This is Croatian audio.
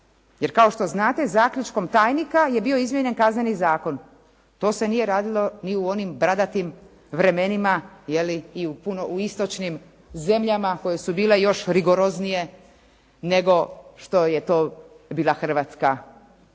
kao što znate zaključkom tajnika je bio izmijenjen Kazneni zakon. To se nije radilo ni u onim bradatim vremenima jeli, i u istočnim zemljama koje su bile još rigoroznije, nego što je to bila Hrvatska i kada